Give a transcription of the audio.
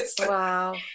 wow